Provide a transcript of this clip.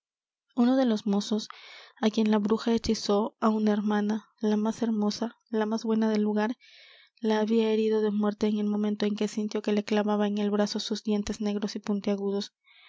uno de los mozos á quien la bruja hechizó á una hermana la más hermosa la más buena del lugar la había herido de muerte en el momento en que sintió que le clavaba en el brazo sus dientes negros y puntiagudos